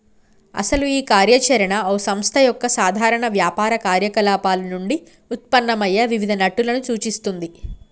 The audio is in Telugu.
అసలు ఈ కార్య చరణ ఓ సంస్థ యొక్క సాధారణ వ్యాపార కార్యకలాపాలు నుండి ఉత్పన్నమయ్యే వివిధ నట్టులను సూచిస్తుంది